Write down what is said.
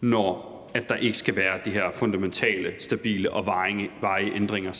når der ikke skal være sket de her fundamentale, stabile og varige ændringer,